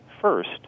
First